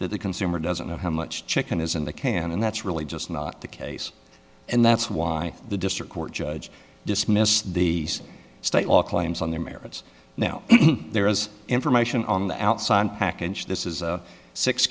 that the consumer doesn't know how much chicken is in the can and that's really just not the case and that's why the district court judge dismissed the state law claims on the merits now there is information on the outside package this is six